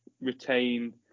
retain